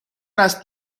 است